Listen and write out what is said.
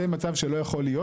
זה מצב שלא יכול להיות,